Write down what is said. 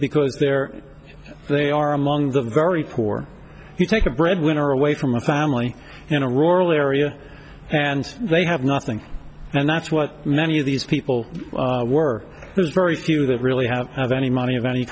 because they're they are among the very poor you take a bread winner away from a family in a rural area and they have nothing and that's what many of these people were there's very few that really have have any money of any